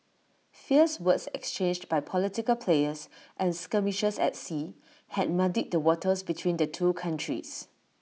fierce words exchanged by political players and skirmishes at sea had muddied the waters between the two countries